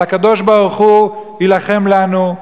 אבל הקדוש-ברוך-הוא יילחם לנו,